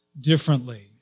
differently